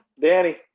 danny